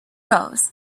rose